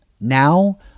Now